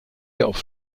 off